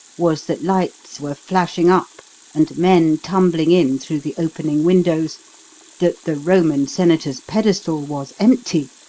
was that lights were flashing up and men tumbling in through the opening windows that the roman senator's pedestal was empty,